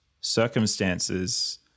circumstances